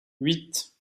huit